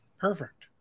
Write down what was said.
Perfect